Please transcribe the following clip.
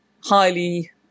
highly